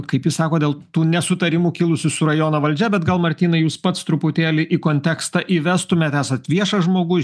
kaip jis sako dėl tų nesutarimų kilusių su rajono valdžia bet gal martynai jūs pats truputėlį į kontekstą įvestumėt esat viešas žmogus